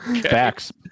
Facts